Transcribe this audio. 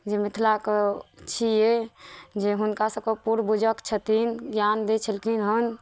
जे मिथिलाके छियै जे हुनका सबके पूर्ण बुझक छथिन ज्ञान दै छलखिन हन